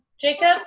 Jacob